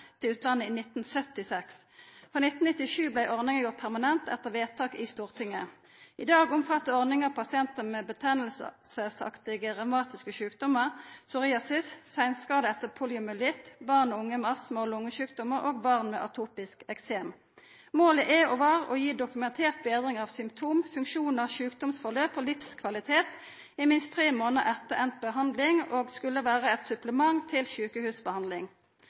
til utlandet i 1976. Frå 1997 blei ordninga gjort permanent, etter vedtak i Stortinget. I dag omfattar ordninga pasientar med betennelsesaktige revmatiske sjukdommar, psoriasis, seinskade etter poliomyelitt, barn og unge med astma og lungesjukdommar og barn med atopisk eksem. Målet er – og var – å gi dokumentert betring av symptom, funksjonar, sjukdomsforløp og livskvalitet i minst tre månader etter endt behandling. Tilbodet skal vere eit supplement til sjukehusbehandling.